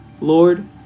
Lord